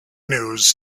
news